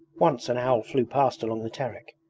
once an owl flew past along the terek,